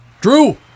Drew